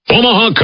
Omaha